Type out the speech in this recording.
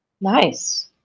Nice